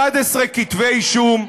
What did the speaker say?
11 כתבי אישום,